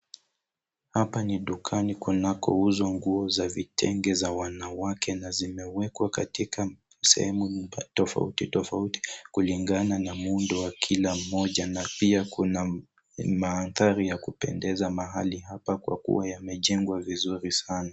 Hapa ni dukani kunako kuuzwa nguo za vitenge za wanawake na zimewekwa katika sehemu tafauti tafauti kulingana na muundo wa kila moja na pia kuna maandari ya kupendeza mahali hapa kwa kuwa imejengwa vizuri sana.